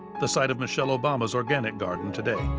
the site of michelle obama's organic garden today.